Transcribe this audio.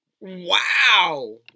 Wow